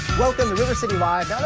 welcome to river city live.